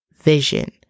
vision